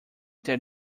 that